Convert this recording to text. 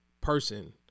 person